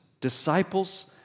Disciples